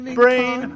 brain